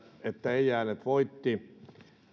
että ei äänet voittivat taustalla